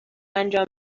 انجام